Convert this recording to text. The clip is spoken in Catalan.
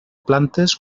plantes